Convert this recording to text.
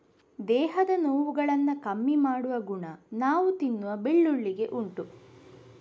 ದೇಹದ ನೋವುಗಳನ್ನ ಕಮ್ಮಿ ಮಾಡುವ ಗುಣ ನಾವು ತಿನ್ನುವ ಬೆಳ್ಳುಳ್ಳಿಗೆ ಉಂಟು